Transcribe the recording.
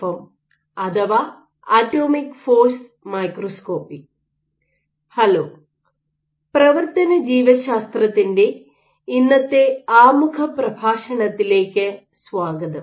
എംഅറ്റോമിക് force microscopy hello പ്രവർത്തന ജീവശാസ്ത്രത്തിൻ്റെ മെക്കാനോബയോളജിയുടെ ഇന്നത്തെ ആമുഖ പ്രഭാഷണത്തിലേക്ക് സ്വാഗതം